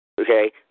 Okay